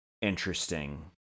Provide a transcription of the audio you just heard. interesting